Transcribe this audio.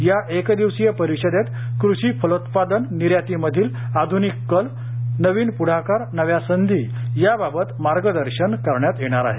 या एकदिवसीय परिषदेत क्रषी फलोत्पादन निर्यातीमधील आधुनिक कल नवीन पुढाकार नव्या संधी यावावत मार्गदर्शन करण्यात येणार आहे